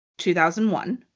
2001